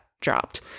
dropped